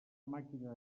màquina